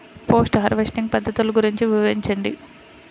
Post harvesting పద్ధతులు గురించి వివరించండి?